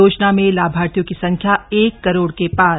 योजना में लाभार्थियों की संख्या एक करोड़ के शार